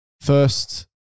first